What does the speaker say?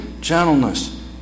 gentleness